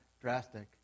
drastic